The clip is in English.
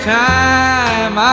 time